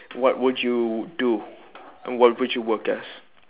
what would you do and what would you work as